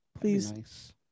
please